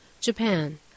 Japan